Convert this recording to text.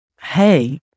hey